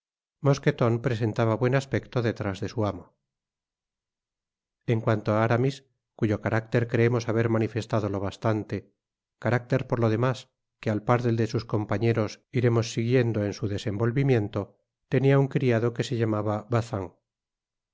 mosquelon presentaba buen aspecto detrás de su amo content from google book search generated at en cuanto á aramis cuyo carácter creemos haber manifestado lo bastante carácter por lo demás que al par del de sus compañeros iremos siguiendo en su desenvolvimiento tenia un criado que se llamaba